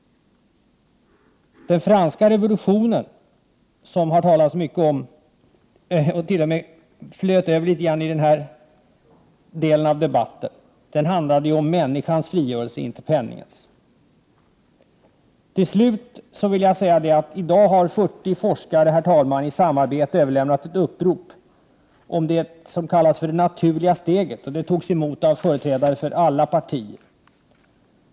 Den franska revolutionen, som det har talats mycket om — litet grand flöt t.o.m. över i den här delen av debatten — handlade ju om människans frigörelse, inte om penningens. Till slut vill jag säga att 40 forskare i samarbete i dag har överlämnat ett upprop om det som kallas det naturliga steget. Det togs emot av företrädare för alla partier.